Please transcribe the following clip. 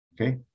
okay